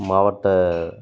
மாவட்ட